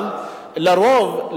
אבל לרוב,